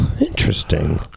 Interesting